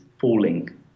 falling